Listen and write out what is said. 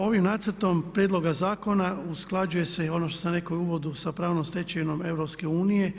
Ovim nacrtom prijedloga zakona usklađuje se i ono što sam rekao i u uvodu sa pravnom stečevinom EU.